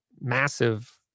massive